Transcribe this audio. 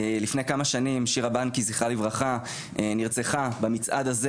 לפני כמה שנים שירה בנקי ז"ל נרצחה במצעד הזה